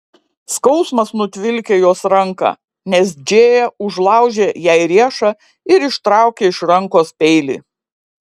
skausmas nutvilkė jos ranką nes džėja užlaužė jai riešą ir ištraukė iš rankos peilį